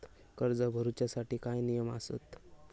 कर्ज भरूच्या साठी काय नियम आसत?